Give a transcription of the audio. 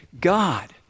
God